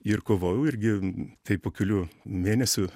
ir kovojau irgi taip po kelių mėnesių